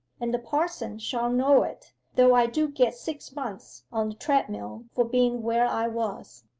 and the parson shall know it, though i do get six months on the treadmill for being where i was.